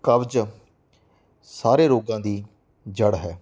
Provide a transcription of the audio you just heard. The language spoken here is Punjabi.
ਕਬਜ਼ ਸਾਰੇ ਰੋਗਾਂ ਦੀ ਜੜ੍ਹ ਹੈ